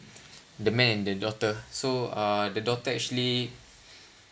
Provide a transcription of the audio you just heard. the man and the daughter so uh the daughter actually